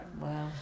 Wow